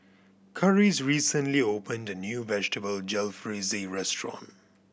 Karis recently opened a new Vegetable Jalfrezi Restaurant